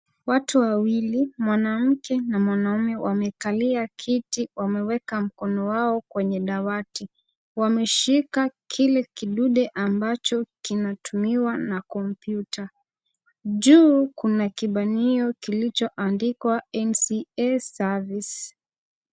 Watu wawili, mwanamke na mwanamume wamekalia kiti wameweka mkono wao kwenye dawati. Wameshika kile kidude ambacho kinatumiwa na kompyuta. Juu kuna kibanio kilichoandikwa NCA service .